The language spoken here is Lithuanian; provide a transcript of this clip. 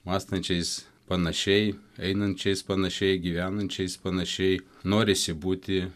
mąstančiais panašiai einančiais panašiai gyvenančiais panašiai norisi būti